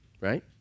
right